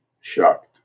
shocked